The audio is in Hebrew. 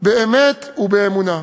באמת ובאמונה.